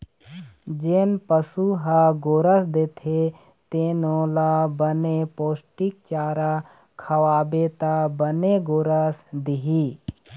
जेन पशु ह गोरस देथे तेनो ल बने पोस्टिक चारा खवाबे त बने गोरस दिही